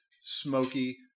smoky